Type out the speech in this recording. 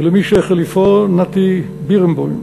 ולמי שהחליפו, נתי בירנבוים,